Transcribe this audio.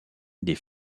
des